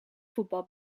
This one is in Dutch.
voetbal